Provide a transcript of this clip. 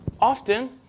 Often